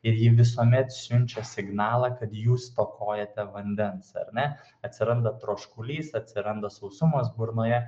ir ji visuomet siunčia signalą kad jūs stokojate vandens ar ne atsiranda troškulys atsiranda sausumas burnoje